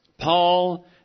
Paul